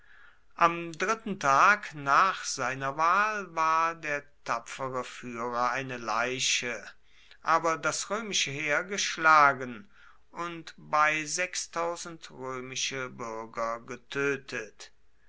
am dritten tag nach seiner wahl war der tapfere führer eine leiche aber das römische heer geschlagen und bei römische bürger getötet